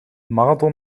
marathon